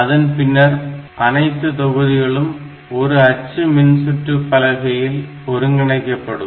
அதன் பின்னர் அனைத்து தொகுதிகளும் ஒரு அச்சு மின்சுற்று பலகையில் ஒருங்கிணைக்கப்படும்